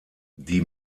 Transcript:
die